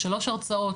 יש שלוש הרצאות,